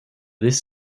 this